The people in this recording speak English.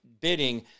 bidding